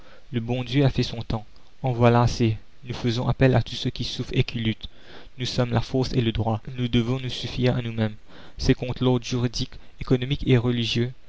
le bon dieu a fait son temps en voilà assez nous faisons appel à tous ceux qui souffrent et qui luttent nous sommes la force et le droit nous devons nous suffire à nous-mêmes c'est contre l'ordre juridique économique et religieux